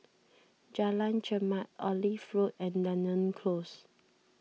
Jalan Chermat Olive Road and Dunearn Close